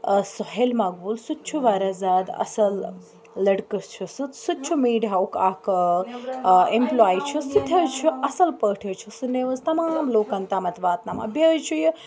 سُہیل مقبول سُہ تہِ چھُ واریاہ زیادٕ اَصٕل لٔڑکہٕ چھُ سُہ سُہ تہِ چھُ میٖڈیاہُک اَکھ اٮ۪مپٕلاے چھُ سُہ تہِ حظ چھُ اَصٕل پٲٹھۍ حظ چھُ سُہ نِوٕز تَمام لوٗکَن تامَتھ واتناوان بیٚیہِ حظ چھُ یہِ